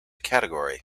category